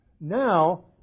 Now